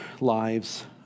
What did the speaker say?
lives